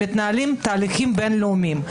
מתנהלים תהליכים בין-לאומיים.